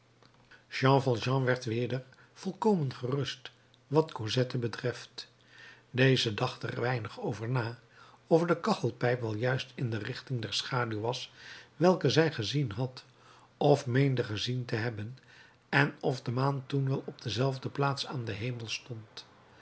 jean valjean werd weder volkomen gerust wat cosette betreft deze dacht er weinig over na of de kachelpijp wel juist in de richting der schaduw was welke zij gezien had of meende gezien te hebben en of de maan toen wel op dezelfde plaats aan den hemel